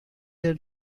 had